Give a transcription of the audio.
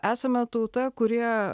esame tauta kurie